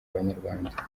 abanyarwanda